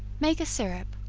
make a syrup,